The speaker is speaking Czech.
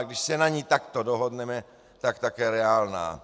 Když se na ní takto dohodneme, tak také reálná.